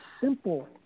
simple